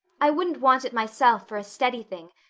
i wouldn't want it myself for a steady thing,